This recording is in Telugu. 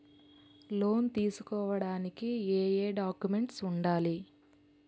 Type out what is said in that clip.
లోన్ తీసుకోడానికి ఏయే డాక్యుమెంట్స్ వుండాలి?